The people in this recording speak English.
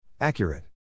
Accurate